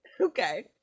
Okay